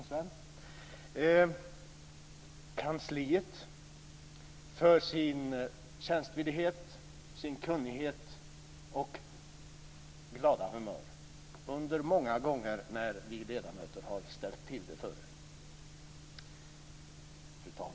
Jag vill tacka kansliet för dess tjänstvillighet, kunnighet och glada humör vid många tillfällen när vi ledamöter har ställt till det för er.